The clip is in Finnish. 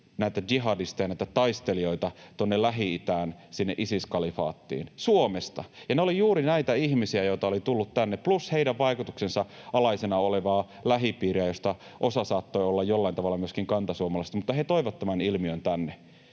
näitä jihadisteja, näitä taistelijoita, tuonne Lähi-itään, sinne Isis-kalifaattiin — Suomesta. Ne olivat juuri näitä ihmisiä, joita oli tullut tänne, plus heidän vaikutuksensa alaisena olevaa lähipiiriä, josta osa saattoi olla jollain tavalla myöskin kantasuomalaisia. He toivat tämän ilmiön tänne.